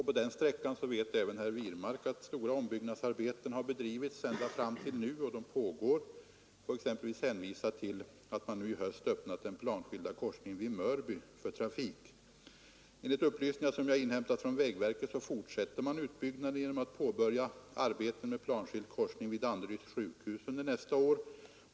På den sträckan vet även herr Wirmark att stora ombyggnadsarbeten har bedrivits och fortfarande pågår. Jag får exempelvis hänvisa till att man nu i höst har öppnat för trafik den planskilda korsningen vid Mörby. Enligt upplysningar som jag inhämtat från vägverket fortsätter man utbyggnaden genom att påbörja arbeten med planskild korsning vid Danderyds sjukhus under nästa år.